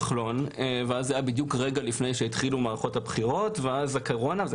לאחר מכן התחילו מערכות בחירות ולאחר מכן קורונה.